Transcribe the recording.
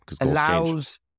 allows